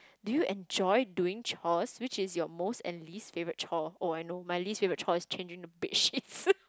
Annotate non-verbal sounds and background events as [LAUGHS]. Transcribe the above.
do you enjoy doing chores which is your most and least favourite chore oh I know my least favourite chore is changing the bedsheets [LAUGHS]